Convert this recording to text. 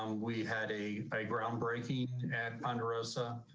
um we had a a groundbreaking at ponderosa